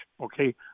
okay